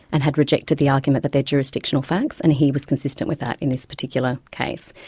and had rejected the argument that they're jurisdictional facts, and he was consistent with that in this particular case